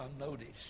unnoticed